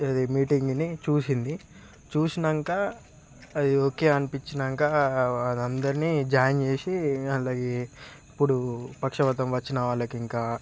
అది మీటింగ్ని చూసింది చూసినాక అది ఓకే అనిపించినాక అందరిని జాయిన్ చేసి అల్ల ఈ ఇప్పుడు పక్షవాతం వచ్చిన వాళ్ళకు ఇంకా